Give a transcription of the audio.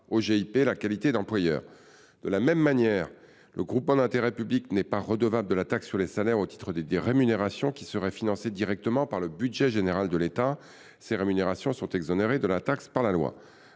au GIP la qualité d’employeur. De la même manière, le GIP n’est pas redevable de la taxe sur les salaires au titre des rémunérations qui seraient financées directement par le budget général de l’État. En effet, ces rémunérations sont exonérées de la taxe de par la loi.